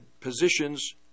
positions